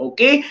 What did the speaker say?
Okay